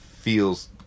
feels